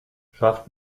schafft